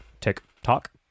TikTok